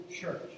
church